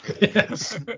Yes